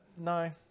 No